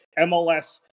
MLS